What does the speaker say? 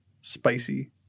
spicy